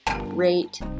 rate